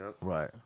Right